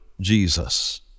Jesus